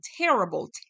terrible